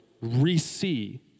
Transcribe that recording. re-see